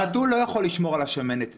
החתול לא יכול לשמור על השמנת.